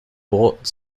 bought